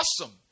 awesome